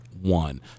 one